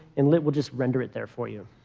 and lit will just render it there for you.